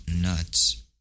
nuts